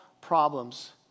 problems